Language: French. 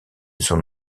son